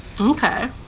okay